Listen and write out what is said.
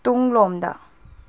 ꯇꯨꯡꯂꯣꯝꯗ